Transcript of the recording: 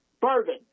Bourbon